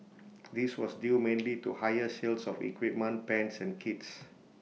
this was due mainly to higher sales of equipment pans and kits